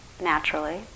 naturally